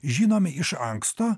žinomi iš anksto